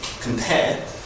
compare